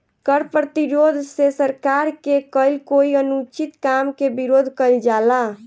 कर प्रतिरोध से सरकार के कईल कोई अनुचित काम के विरोध कईल जाला